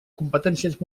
competències